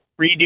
redo